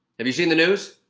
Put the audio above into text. have you seen the news?